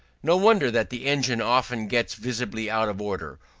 no wonder that the engine often gets visibly out of order,